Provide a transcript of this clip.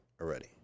already